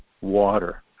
water